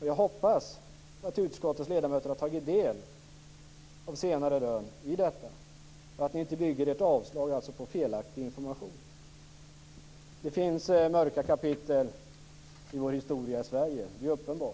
Jag hoppas alltså att ni utskottets ledamöter har tagit del av senare rön i detta sammanhang och att ni inte bygger ert avslag på felaktig information. Det är uppenbart att det finns mörka kapitel i svensk historia.